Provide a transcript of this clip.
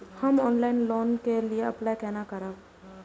हम online loan के लिए अप्लाई केना करब?